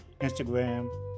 Instagram